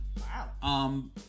Wow